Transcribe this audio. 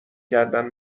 کردن